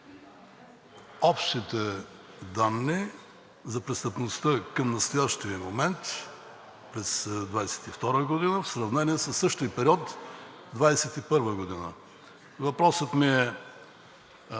общите данни за престъпността към настоящия момент през 2022 г. в сравнение със същия период на 2021 г. Въпросът ми е